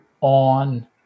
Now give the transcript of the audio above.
on